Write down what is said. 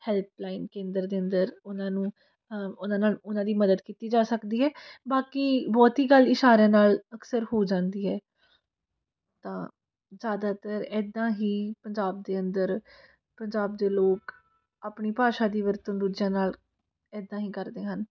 helpline ਕੇਂਦਰ ਦੇ ਅੰਦਰ ਉਹਨਾਂ ਨੂੰ ਉਹਨਾਂ ਨਾਲ ਉਹਨਾਂ ਦੀ ਮਦਦ ਕੀਤੀ ਜਾ ਸਕਦੀ ਹੈ ਬਾਕੀ ਬਹੁਤੀ ਗੱਲ ਇਸ਼ਾਰਿਆਂ ਨਾਲ ਅਕਸਰ ਹੋ ਜਾਂਦੀ ਹੈ ਤਾਂ ਜ਼ਿਆਦਾਤਰ ਇੱਦਾਂ ਹੀ ਪੰਜਾਬ ਦੇ ਅੰਦਰ ਪੰਜਾਬ ਦੇ ਲੋਕ ਆਪਣੀ ਭਾਸ਼ਾ ਦੀ ਵਰਤੋਂ ਦੂਜਿਆਂ ਨਾਲ ਇੱਦਾਂ ਹੀ ਕਰਦੇ ਹਨ